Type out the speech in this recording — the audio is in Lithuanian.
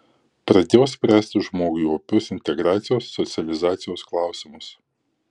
pradėjo spręsti žmogui opius integracijos socializacijos klausimus